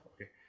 Okay